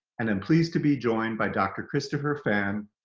and i'm pleased to be joined by dr. christopher fan,